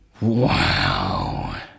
Wow